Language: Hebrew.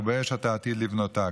ובאש אתה עתיד לבנותה.